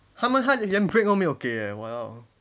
他们他连 break 都没有给 eh !walao!